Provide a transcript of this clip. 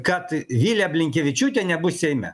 kad vilija blinkevičiūtė nebus seime